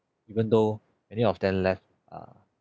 even though many of them left uh